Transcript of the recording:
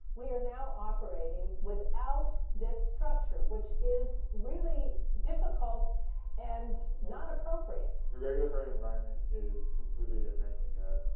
we are now operating without this structure, which is really difficult and not appropriate. the regulatory environment is completely different in europe.